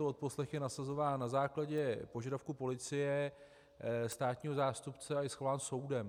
odposlech je nasazován na základě požadavku policie, státního zástupce a je schvalován soudem.